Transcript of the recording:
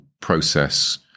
process